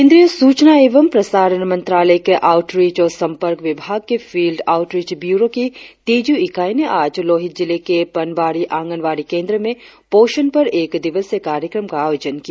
केंद्रीय सूचना एवं प्रसारण मंत्रालय के आउटरीच और संपर्क विभाग के फिल्ट आउटरीच ब्यूरो की तेजू इकाई ने आज लोहित जिले के पनबाड़ी आंगनबाड़ी केंद्र में पोषण पर एक दिवसीय कार्यक्रम का आयोजन किया